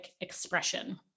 expression